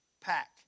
pack